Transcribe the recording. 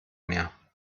mehr